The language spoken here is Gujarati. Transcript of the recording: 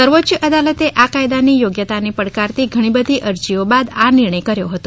સર્વોચ્ય અદાલતે આ કાયદાની યોગ્યતાને પડકારતી ઘણી બધી અરજીઓ બાદ આ નિર્ણય કર્યો હતો